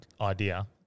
idea